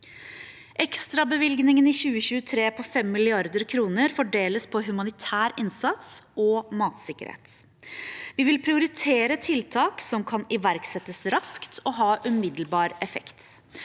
Ekstrabevilgningen i 2023 på 5 mrd. kr fordeles på humanitær innsats og matsikkerhet. Vi vil prioritere tiltak som kan iverksettes raskt og ha umiddelbar effekt.